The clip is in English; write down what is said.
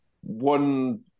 one